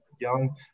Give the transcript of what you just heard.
young